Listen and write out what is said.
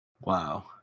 Wow